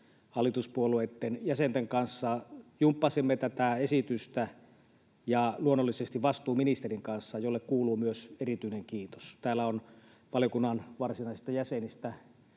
Hallituspuolueitten jäsenten kanssa jumppasimme tätä esitystä, ja luonnollisesti vastuuministerin kanssa, jolle kuuluu myös erityinen kiitos. Täällä taitavat valiokunnan varsinaisista jäsenistä